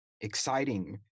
exciting